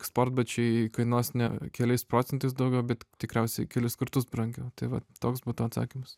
sportbačiai kainuos ne keliais procentais daugiau bet tikriausiai kelis kartus brangiau tai vat toks būtų atsakymas